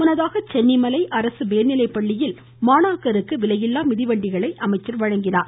முன்னதாக சென்னிமலை அரசு மேல்நிலைப்பள்ளியில் மாணாக்கருக்கு விலையில்லா மிதிவண்டிகளை அமைச்சர் வழங்கினார்